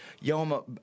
yo